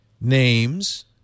names